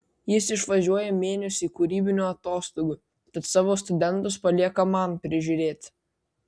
jis išvažiuoja mėnesiui kūrybinių atostogų tad savo studentus palieka man prižiūrėti